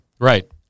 Right